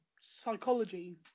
psychology